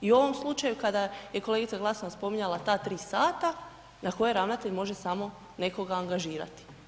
I u ovom slučaju kada je kolegica Glasovac spominjala ta 3 sata na koje ravnatelj može samo nekoga angažirati.